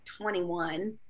21